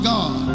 God